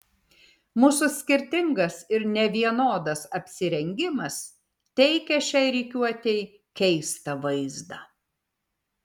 mūsų skirtingas ir nevienodas apsirengimas teikė šiai rikiuotei keistą vaizdą